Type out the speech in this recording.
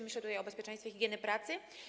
Myślę tutaj o bezpieczeństwie i higienie pracy.